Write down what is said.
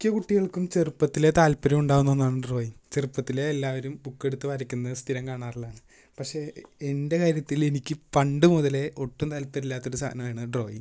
മിക്ക കുട്ടികള്ക്കും ചെറുപ്പത്തിലേ താത്പര്യം ഉണ്ടാകുന്ന ഒന്നാണ് ഡ്രോയിങ് ചെറുപ്പത്തിലേ എല്ലാവരും ബുക്ക് എടുത്ത് വരയ്ക്കുന്നത് സ്ഥിരം കാണാറുള്ളതാണ് പക്ഷേ എന്റെ കാര്യത്തിലെനിക്ക് പണ്ട് മുതലേ ഒട്ടും താല്പര്യമില്ലാത്തൊരു സാധനമാണ് ഡ്രോയിങ്